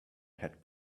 had